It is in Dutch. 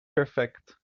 perfect